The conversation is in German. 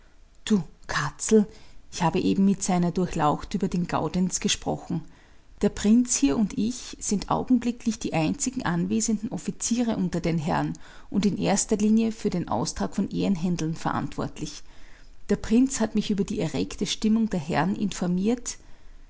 du katzel ich habe eben mit seiner durchlaucht über den gaudenz gesprochen der prinz hier und ich sind augenblicklich die einzigen anwesenden offiziere unter den herren und in erster linie für den austrag von ehrenhändeln verantwortlich der prinz hat mich über die erregte stimmung der herren informiert